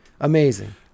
amazing